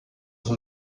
sus